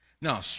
Now